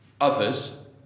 others